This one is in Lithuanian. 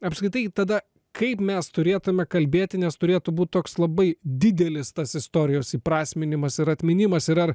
apskritai tada kaip mes turėtume kalbėti nes turėtų būti toks labai didelis tas istorijos įprasminimas ir atminimas ir ar